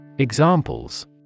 Examples